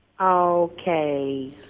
Okay